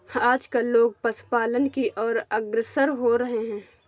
आजकल लोग पशुपालन की और अग्रसर हो रहे हैं